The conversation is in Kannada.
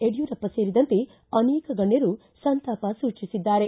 ಯಡ್ಡೂರಪ್ಪ ಸೇರಿದಂತೆ ಅನೇಕ ಗಣ್ಣರು ಸಂತಾಪ ಸೂಚಿಸಿದ್ದಾರೆ